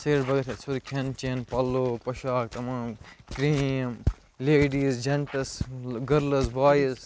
cigarette بغٲر چھُ تَتہِ سورٕے کھیٚن چیٚن پَلوٚو پۄشاک تمام cream ladies gents girls boys